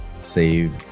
save